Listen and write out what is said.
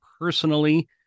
personally